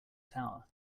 tower